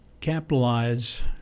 capitalize